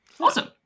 Awesome